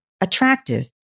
attractive